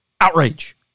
Outrage